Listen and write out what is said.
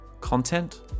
Content